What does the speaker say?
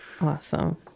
Awesome